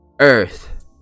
Earth